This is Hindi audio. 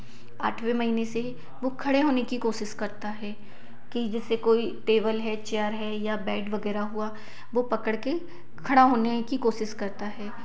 आठवें महीने से वह खड़े होने की कोशिश करता है कि जैसे कोई टेबल है चेयर है या बेड वगैरह हुआ वह पकड़ कर खड़ा होने की कोशिश करता है